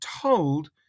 told